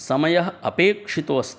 समयः अपेक्षितः अस्ति